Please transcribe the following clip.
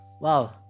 Wow